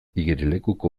igerilekuko